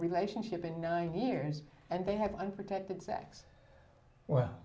relationship in nine years and they had unprotected sex w